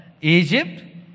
Egypt